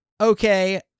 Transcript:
Okay